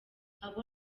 abo